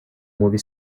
movie